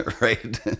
Right